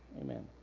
Amen